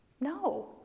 No